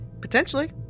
Potentially